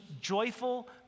joyful